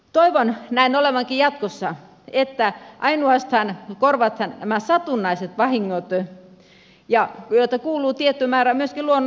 toivon näin olevankin jatkossa että ainoastaan korvataan nämä satunnaiset vahingot joita kuuluu tietty määrä myöskin luonnossa olla